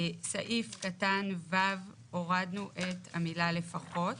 סעיף קטן (ו), הורדנו את המילה "לפחות".